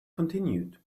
continued